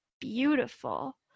beautiful